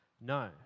No